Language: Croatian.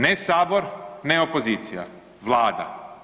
Ne sabor, ne opozicija, Vlada.